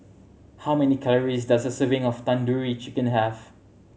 how many calories does a serving of Tandoori Chicken have